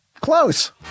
Close